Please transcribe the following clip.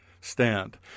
stand